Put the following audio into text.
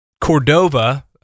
Cordova